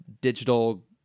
digital